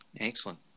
excellent